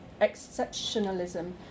exceptionalism